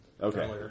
Okay